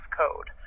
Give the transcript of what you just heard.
code